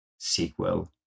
SQL